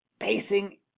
Pacing